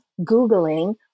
Googling